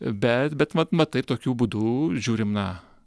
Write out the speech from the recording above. bet bet vat mat tokiu būdu žiūrim na